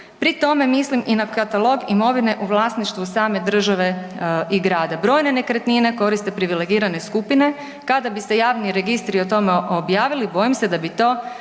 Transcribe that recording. Pri tome mislim i na katalog imovine u vlasništvu same države i grada, brojne nekretnine koriste privilegirane skupine, kada bi se javni registri o tome objavili bojim se da bi to